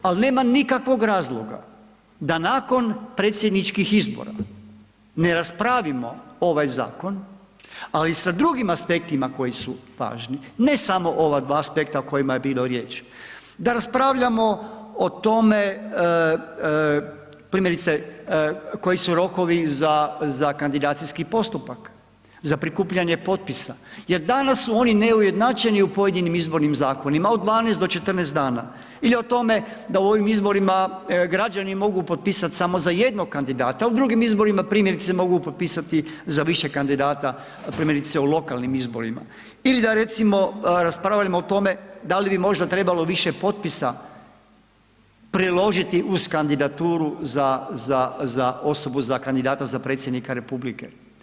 Ali nema nikakvog razloga da nakon predsjedničkih izbora ne raspravimo ovaj zakon, ali sa drugim aspektima koji su važni, ne samo ova dva aspekta o kojima je bilo riječ, da raspravljamo o tome primjerice koji su rokovi za kandidacijski postupak, za prikupljanje potpisa jer danas su oni neujednačeni u pojedinim izbornim zakonima od 12 do 14 dana ili u tome da u ovim izborima građani mogu potpisati samo za jednog kandidata, a u drugim izborima primjerice mogu potpisati za više kandidata, primjerice u lokalnim izborima ili recimo da raspravljamo o tome da li bi možda trebalo više potpisa priložiti uz kandidaturu za osobu za kandidata za predsjednika Republike.